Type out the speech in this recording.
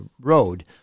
road